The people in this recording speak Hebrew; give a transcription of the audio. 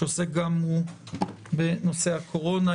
שעוסק גם הוא בנושא הקורונה,